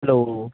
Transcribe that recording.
hello